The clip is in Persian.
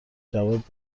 جواب